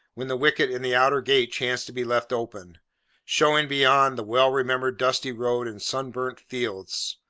when the wicket in the outer gate chanced to be left open showing, beyond, the well-remembered dusty road and sunburnt fields.